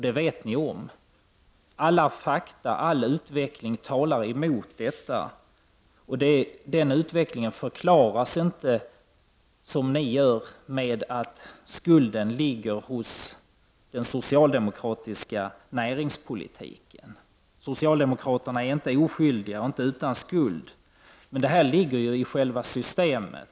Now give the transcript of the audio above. Det vet ni om. Alla fakta och all utveckling talar emot detta. Utvecklingen förklaras inte på det sätt som ni gör, att skulden ligger hos den socialdemokratiska näringspolitiken. Socialdemokraterna är inte utan skuld, men vad som sker ligger i själva systemet.